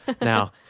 Now